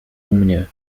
mnie